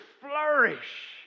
flourish